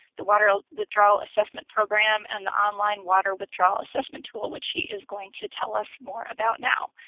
the water withdrawal assessment program, and the online water withdrawal assessment tool which he is going to tell us more about now.